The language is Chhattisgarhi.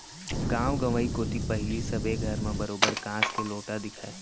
गॉंव गंवई कोती पहिली सबे घर म बरोबर कांस के लोटा दिखय